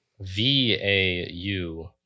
V-A-U